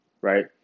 right